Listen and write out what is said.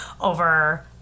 over